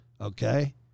okay